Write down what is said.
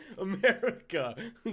America